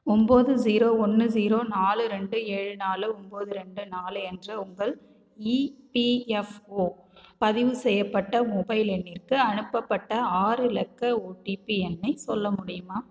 ஒம்பது ஜீரோ ஒன்னு ஜீரோ நாலு ரெண்டு ஏழு நாலு ஒம்பது ரெண்டு நாலு என்ற உங்கள் இபிஎஃப்ஓ பதிவு செய்யப்பட்ட மொபைல் எண்ணுக்கு அனுப்பப்பட்ட ஆறு இலக்க ஒடிபி எண்ணை சொல்ல முடியுமா